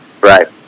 Right